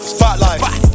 Spotlight